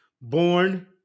Born